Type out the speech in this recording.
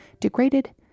degraded